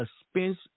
expense